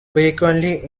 frequently